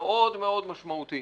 מאוד מאוד משמעותי.